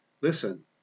Listen